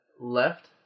left